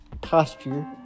posture